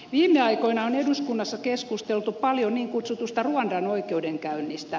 viime aikoina on eduskunnassa keskusteltu paljon niin kutsutusta ruandan oikeudenkäynnistä